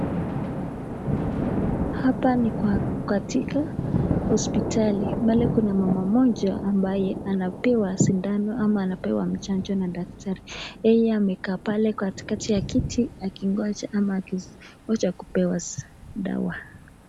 Hapa ni katika hospitali, pale kuna mama mmoja ambaye anapewa sindano ama anapewa chanjo na daktari, yeye amekaa pale katikati ya kiti akingojea kupewa dawa.